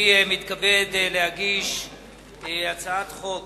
אני מתכבד להגיש הצעת חוק